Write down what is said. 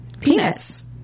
Penis